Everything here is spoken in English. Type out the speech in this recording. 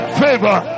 favor